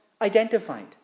identified